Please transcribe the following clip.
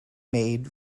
made